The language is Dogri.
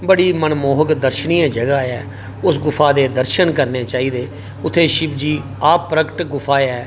बड़ी मनमोहक दर्शनीय जगह ऐ उस गुफा दे दर्शन करने चाही दे उत्थे शिवजी आप प्रगट गुफा ऐ